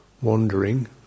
wandering